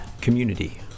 community